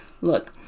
Look